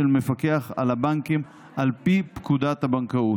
המפקח על הבנקים על פי פקודת הבנקאות.